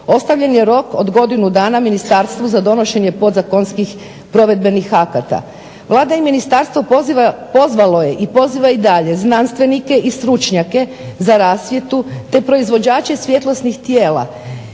Ostavljen je rok od godinu dana ministarstvu za donošenje podzakonskih provedbenih akata. Vlada i ministarstvo pozvalo je i poziva i dalje znanstvenike i stručnjake za rasvjetu te proizvođače svjetlosnih tijela,